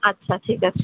আচ্ছা ঠিক আছে